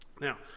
Now